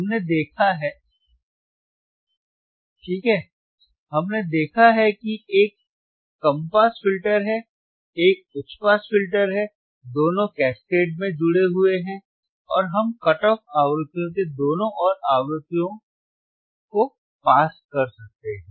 हमने देखा है कि ठीक है हमने देखा है कि एक कम पास फिल्टर है एक उच्च पास फिल्टर है दोनों कैस्केड में जुड़े हुए हैं और हम कट ऑफ आवृत्तियों के दोनों ओर आवृत्तियों को पास कर सकते हैं